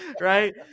Right